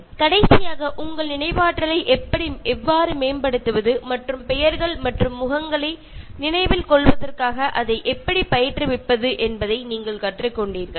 Refer Slide Time 0103 கடைசியாக உங்கள் நினைவாற்றலை எவ்வாறு மேம்படுத்துவது மற்றும் பெயர்கள் மற்றும் முகங்களை நினைவில் கொள்வதற்காக அதை எப்படி பயிற்றுவிப்பது என்பதை நீங்கள் கற்றுக்கொண்டீர்கள்